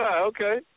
okay